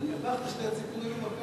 אז הרווחת שתי ציפורים במכה אחת.